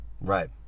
Right